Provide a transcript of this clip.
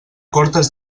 cortes